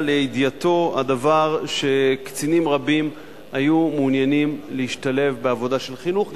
לידיעתו הגיע הדבר שקצינים רבים היו מעוניינים להשתלב בעבודה של חינוך,